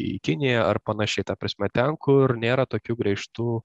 į kiniją ar panašiai ta prasme ten kur nėra tokių griežtų